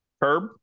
Herb